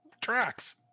tracks